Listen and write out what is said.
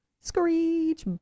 screech